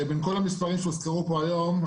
בין כל המספרים שהוזכרו פה היום,